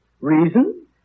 Reason